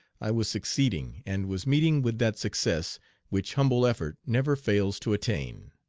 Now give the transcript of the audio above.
i was succeeding, and was meeting with that success which humble effort never fails to attain.